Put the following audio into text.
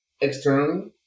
externally